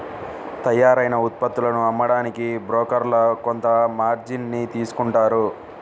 తయ్యారైన ఉత్పత్తులను అమ్మడానికి బోకర్లు కొంత మార్జిన్ ని తీసుకుంటారు